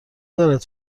دارد